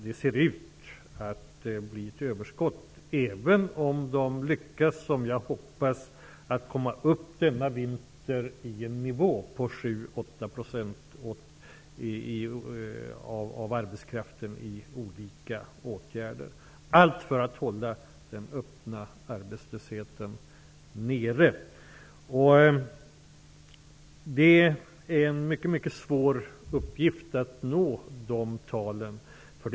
Det ser ut att bli ett överskott, även om man denna vinter lyckas få in 7--8 % av de öppet arbetslösa i olika åtgärder. Det hoppas jag att man får. Allt måste göras för att hålla nere den öppna arbetslösheten. Det är en mycket svår uppgift att nå denna nivå.